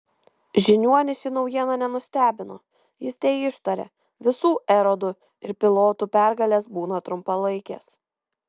žiniuonį ši naujiena nenustebino jis teištarė visų erodų ir pilotų pergalės būna trumpalaikės